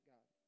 God